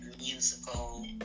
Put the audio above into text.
musical